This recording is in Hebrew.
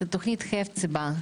תוכנית חפציבה,